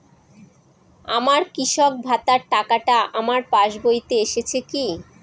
আমার কৃষক ভাতার টাকাটা আমার পাসবইতে এসেছে কি?